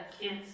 kid's